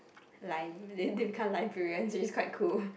like they they become Librarian it's quite cool